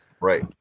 right